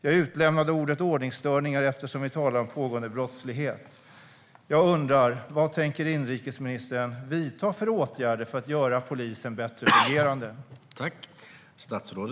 Jag utelämnade ordet "ordningsstörningar" eftersom vi talar om pågående brottslighet. Jag undrar: Vilka åtgärder tänker inrikesministern vidta för att göra polisen bättre fungerande?